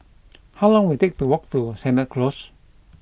how long will take to walk to Sennett Close